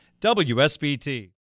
WSBT